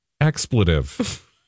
expletive